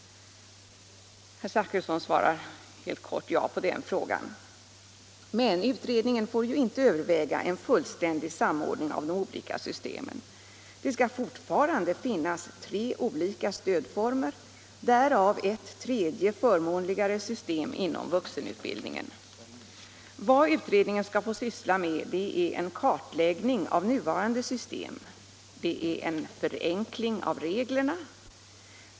Herr Zachrisson svarar helt kort ja på den frågan. Men utredningen får ju inte överväga en fullständig samordning av de olika systemen. I Det skall fortfarande finnas tre olika stödformer, därav ett förmånligare Om utredningen om system inom vuxenutbildningen. Vad vi inom utredningen skall få syssla — det .studiesociala med är en kartläggning av nuvarande system. Det är en förenkling av = stödet reglerna.